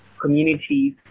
communities